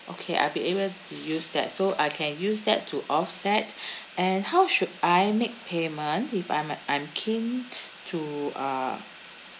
okay I'll be able to use that so I can use that to offset and how should I make payment if I'm I'm keen to uh